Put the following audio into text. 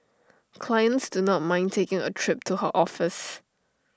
clients do not mind taking A trip to her office